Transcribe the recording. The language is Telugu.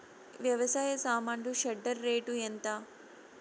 వ్యవసాయ సామాన్లు షెడ్డర్ రేటు ఎంత?